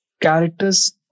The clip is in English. Characters